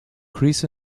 chris